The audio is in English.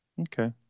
okay